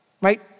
Right